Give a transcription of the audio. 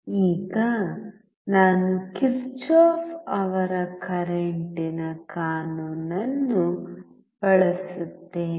ಈಗ ನಾನು ಕಿರ್ಚಾಫ್ ಅವರ ಕರೆಂಟ್ನ ಕಾನೂನನ್ನು ಬಳಸುತ್ತೇನೆ